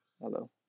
Hello